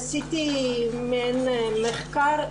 עשיתי מעין מחקר.